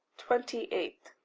twenty eight.